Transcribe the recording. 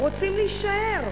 הם רוצים להישאר.